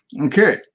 Okay